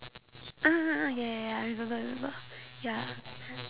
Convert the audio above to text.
ah ya ya ya I remember I remember ya